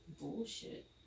bullshit